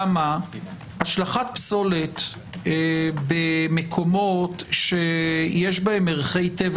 למה השלכת פסולת במקומות שיש בהם ערכי טבע